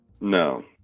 No